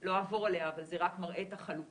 לא אעבור עליה אבל זה רק מראה את החלוקה.